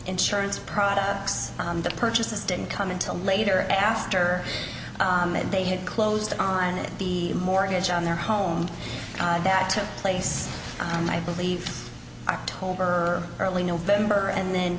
insurance products the purchase didn't come until later after they had closed on the mortgage on their home that took place on i believe october early november and then